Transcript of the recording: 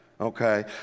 Okay